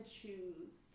choose